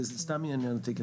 זה סתם יעניין אותי.